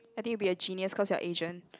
I think you'll be a genius cause you're Asian